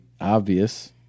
obvious